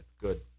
Good